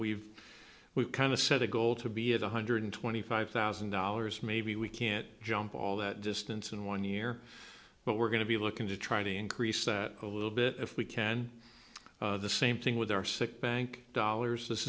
we've we've kind of set a goal to be at one hundred twenty five thousand dollars maybe we can't jump all that distance in one year but we're going to be looking to try to increase that a little bit if we can the same thing with our sick bank dollars this